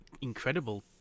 incredible